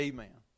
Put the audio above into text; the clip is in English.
Amen